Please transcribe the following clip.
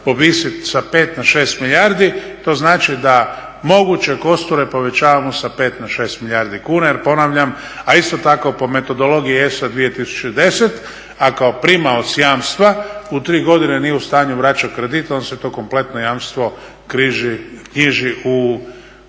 povisiti sa 5 na 6 milijardi to znači da moguće kosture povećavamo sa 5 na 6 milijardi kuna. Jer ponavljam, a isto tako po metodologiji ESA 2010. a kao primalac jamstva u tri godine nije u stanju vraćati kredit i onda se to kompletno jamstvo knjiži u